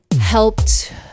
helped